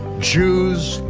jews,